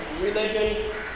religion